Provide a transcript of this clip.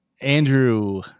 Andrew